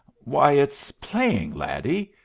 why, it's playing, laddie.